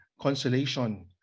consolation